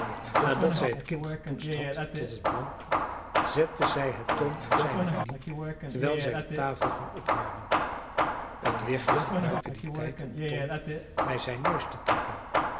nadat zij het kind gepoetst had tot het blonk zette zij het tom op zijne knie terwijl zij de tafel ging opruimen het wichtje gebruikte dien tijd om tom bij zijn neus te trekken